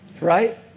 Right